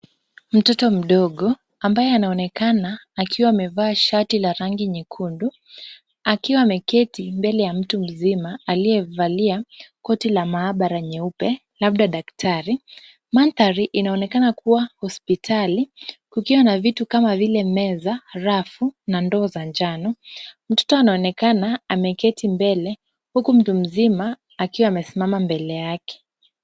Mtoto mdogo ambaye anaonekana akiwa amevaa shati la rangi nyekundu akiwa ameketi mbele ya mtu mzima aliyevalia koti la mahabara nyeupe labda daktari. mandhari inaonekana kuwa hospitali kukiwa na vitu kama vile meza, rafu na ndoo za njano. Mtoto anaonekana ameketi mbele huku mtu mzima akiwa amesimama mbele yake.